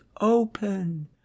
open